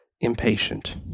impatient